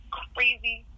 crazy